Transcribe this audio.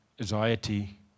Anxiety